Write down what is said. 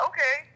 Okay